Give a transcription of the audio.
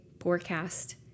forecast